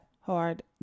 Hard